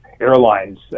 airlines